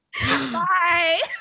Bye